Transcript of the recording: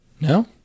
No